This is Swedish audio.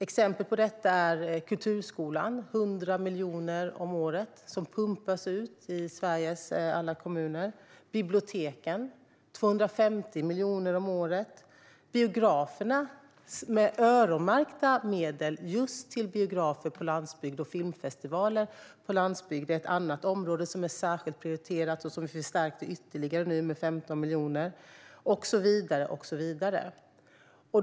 Exempel på detta är Kulturskolan, där 100 miljoner om året pumpas ut till alla Sveriges kommuner, och biblioteken, som får 250 miljoner om året. Vidare öronmärks pengar till just biografer på landsbygd. Filmfestivaler på landsbygd är ett annat särskilt prioriterat område som har förstärkts med ytterligare 15 miljoner - och så vidare.